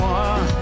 one